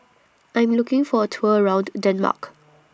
I'm looking For A Tour around Denmark